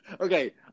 Okay